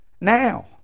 Now